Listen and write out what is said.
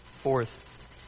Fourth